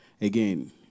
again